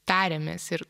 tariamės ir